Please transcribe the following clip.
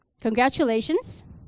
congratulations